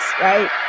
right